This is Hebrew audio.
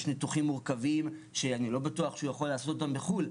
יש ניתוחים מורכבים שאני לא בטוח שהוא יכול לעשות אותם בחו"ל.